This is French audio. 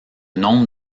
nombre